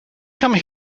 come